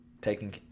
taking